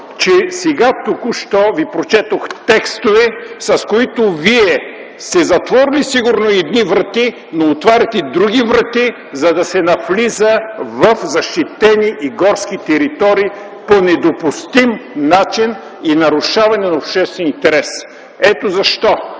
че сега, току-що, ви прочетох текстове, с които Вие сигурно сте затворили едни врати, но отваряте други врати, за да се навлиза в защитени и горски територии по недопустим начин и нарушаване на обществения интерес. Ето защо,